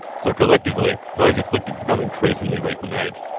so collectively those afflicted become increasingly weak with age.